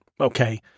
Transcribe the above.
okay